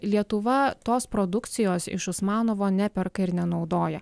lietuva tos produkcijos iš usmanovo neperka ir nenaudoja